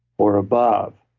or above,